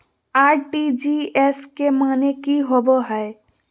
RTGS के माने की होबो है?